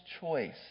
choice